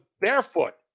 barefoot